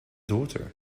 daughter